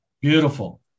Beautiful